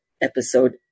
episode